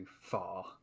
far